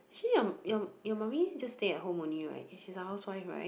actually your your your mummy just stay at home only right she's a housewife right